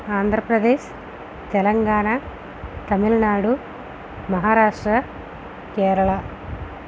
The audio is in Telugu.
ఆంధ్రప్రదేశ్ తెలంగాణ తమిళనాడు మహారాష్ట్ర కేరళ